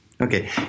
Okay